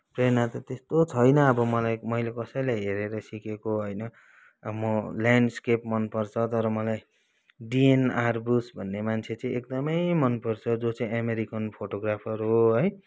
प्रेरणा त त्यस्तो छैन अब मलाई मैले कसैलाई हेरेर सिकेको होइन अब म ल्यान्डस्केप मनपर्छ तर मलाई डिएन आर्बुस भन्ने मान्छे चाहिँ एकदमै मनपर्छ जो चाहिँ अमेरिकन फोटोग्राफर हो है